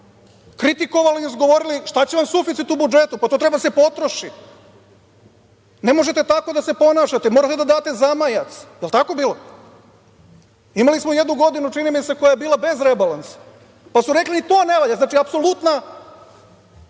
kritikovali, izgovorili – šta će vam suficit u budžetu, pa to treba da se potroši, ne možete tako da se ponašate, morate da date zamajac. Da li je tako bilo? Imali smo jednu godinu, čini mi se, koja je bila bez rebalansa, pa su rekli i to ne valja. Znači, apsolutna